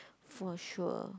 for sure